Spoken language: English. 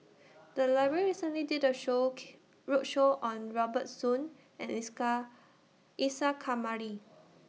The Library recently did A Show Key roadshow on Robert Soon and Isa Kamari